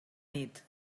nit